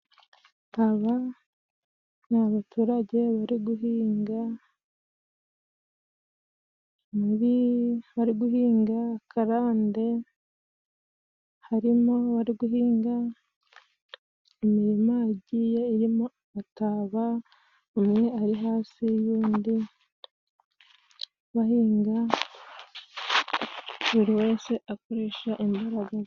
Aba ni abaturage bari guhinga muri bari guhinga karande. Harimo abari guhinga imirima agiye irimo ataba umwe ari hasi y'undi bahinga buri wese akoresha imbaraga.